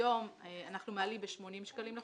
היום אנחנו מעלים ב-80 שקלים לחודש,